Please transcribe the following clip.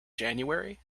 january